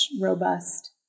robust